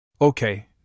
Okay